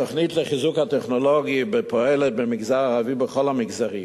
התוכנית לחיזוק החינוך הטכנולוגי פועלת במגזר הערבי כבכל המגזרים.